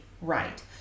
right